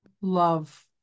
love